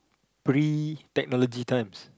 pretty technology times